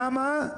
למה?